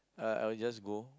uh I will just go